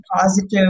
positive